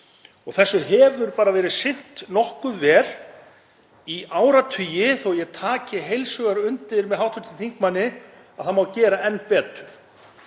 Þessu hefur verið sinnt nokkuð vel í áratugi, þótt ég taki heils hugar undir með hv. þingmanni um að það megi gera enn betur.